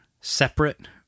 separate